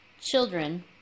children